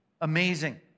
Amazing